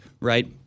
Right